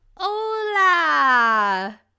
Hola